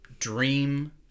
Dream